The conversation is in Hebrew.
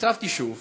כתבתי שוב